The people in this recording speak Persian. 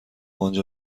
آنجا